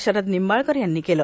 शरद निंबाळकर यांनी केलं